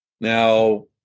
Now